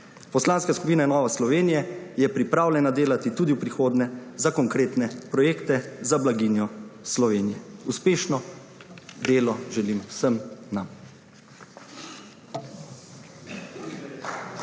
Poslanska skupina Nove Slovenije je pripravljena delati tudi v prihodnje za konkretne projekte, za blaginjo Slovenije. Uspešno delo želim vsem nam.